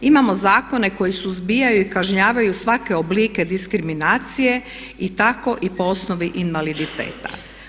Imamo zakone koji suzbijaju i kažnjavaju svake oblike diskriminacije i tako i po osnovi invaliditeta.